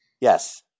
Yes